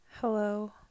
Hello